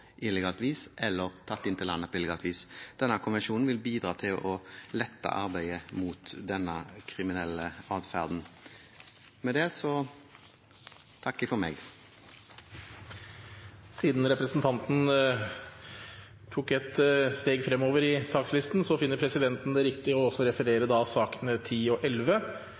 illegalt vis eller tatt inn til landet på illegalt vis. Denne konvensjonen vil bidra til å lette arbeidet mot denne kriminelle atferden. Med det takker jeg for meg. Siden representanten tok et steg fremover på sakslisten, finner presidenten det riktig å referere også sakene nr. 10 og